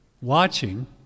watching